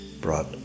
brought